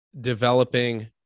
developing